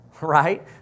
right